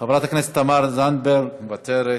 חברת הכנסת תמר זנדברג, מוותרת,